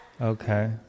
Okay